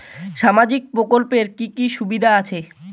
সামাজিক প্রকল্পের কি কি সুবিধা আছে?